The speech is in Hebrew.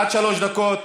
עד שלוש דקות.